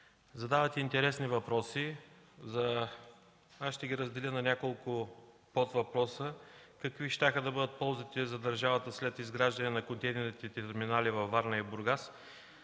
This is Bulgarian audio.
задавате интересни въпроси. Аз ще ги разделя на няколко подвъпроса. Какви щяха да бъдат ползите за държавата след изграждане на контейнерните терминали във Варна и в Бургас